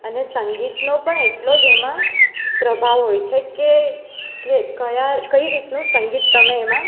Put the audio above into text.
અને સંગીતનો પણ એટલો જ એમાં પ્રભાવ હોય છે કે કે કયા કઈ રીતનું સંગીત તમે એમાં